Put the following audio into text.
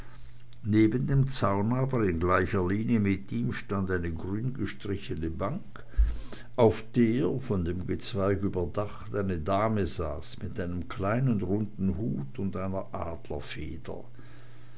neben dem zaun aber in gleicher linie mit ihm stand eine grüngestrichene bank auf der von dem gezweig überdacht eine dame saß mit einem kleinen runden hut und einer